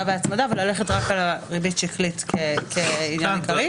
והצמדה וללכת רק על הריבית שקלית כעניין עיקרי.